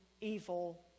evil